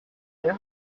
your